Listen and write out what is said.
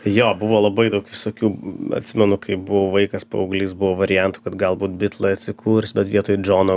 jo buvo labai daug visokių atsimenu kai buvau vaikas paauglys buvo variantų kad galbūt bitlai atsikurs bet vietoj džono